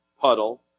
puddle